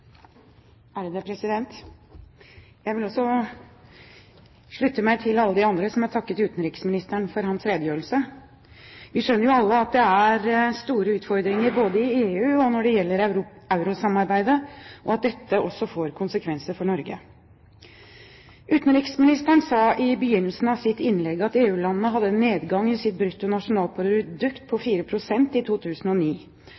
Jeg vil også slutte meg til alle de andre som har takket utenriksministeren for hans redegjørelse. Vi skjønner jo alle at det er store utfordringer både i EU og når det gjelder eurosamarbeidet, og at dette også får konsekvenser for Norge. Utenriksministeren sa i begynnelsen av sin redegjørelse at EU-landene hadde en nedgang i sitt bruttonasjonalprodukt på